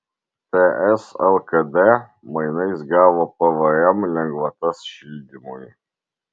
ts lkd mainais gavo pvm lengvatas šildymui